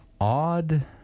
odd